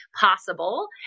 possible